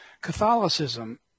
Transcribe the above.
Catholicism